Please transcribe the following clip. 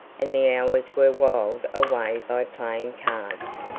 and the hours were whiled away by playing cards.